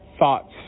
thoughts